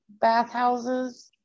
bathhouses